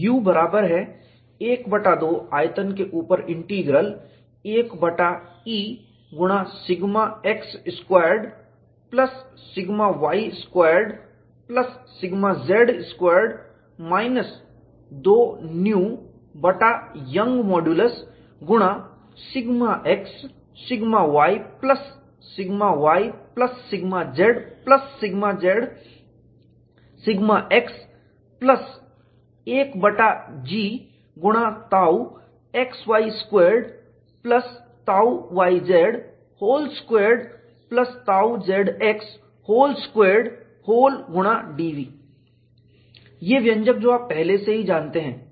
U बराबर है 1 बटा 2 आयतन के ऊपर इंटीग्रल 1 बटा E गुणा sigma x squared plus sigma y squared plus sigma z squared minus दो न्यू बटा यंग मॉडुलस गुणा sigma x sigma y plus sigma y plus sigma z plus sigma z sigma x plus 1 बटा G गुणा tau xy squared plus tau yz whole squared plus tau zx whole squared whole गुणा dV ये व्यंजक जो आप पहले से ही जानते हैं